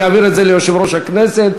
ואני אעביר את זה ליושב-ראש הכנסת,